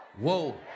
Whoa